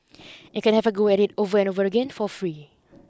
you can have a go at it over and over again for free